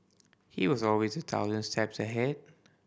he was always a thousand steps ahead